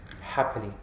Happily